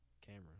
camera